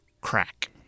crack